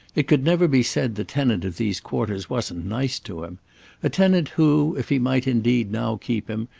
it could never be said the tenant of these quarters wasn't nice to him a tenant who, if he might indeed now keep him,